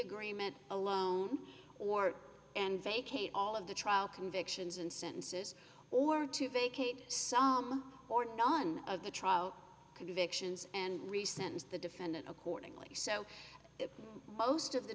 agreement alone or and vacate all of the trial convictions and sentences or to vacate some or none of the trial convictions and rescind the defendant accordingly so most of the